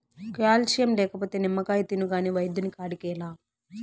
calcium లేకపోతే నిమ్మకాయ తిను కాని వైద్యుని కాడికేలా